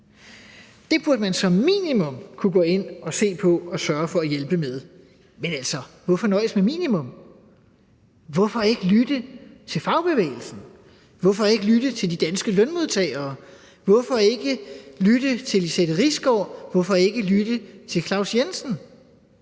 Det burde man som minimum kunne gå ind at se på og sørge for at hjælpe med. Men hvorfor nøjes med minimum, hvorfor ikke lytte til fagbevægelsen, hvorfor ikke lytte til de danske lønmodtagere, hvorfor ikke lytte til Lizette Risgaard, hvorfor ikke lytte til Claus Jensen